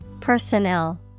Personnel